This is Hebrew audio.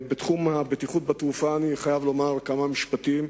בתחום הבטיחות בתעופה אני חייב לומר כמה משפטים,